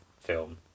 film